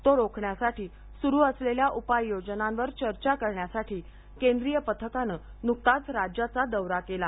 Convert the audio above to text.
तो रोखण्यासाठी सुरू असलेल्या उपाययोजनांवर चर्चा करण्यासाठी केंद्रीय पथकाने नुकताच राज्याचा दौरा केला